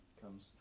comes